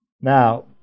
Now